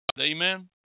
Amen